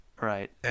Right